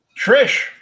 Trish